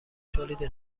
تولید